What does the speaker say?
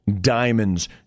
diamonds